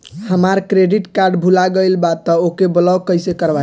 हमार credit card भुला गएल बा त ओके ब्लॉक कइसे करवाई?